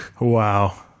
Wow